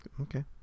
okay